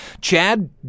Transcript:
chad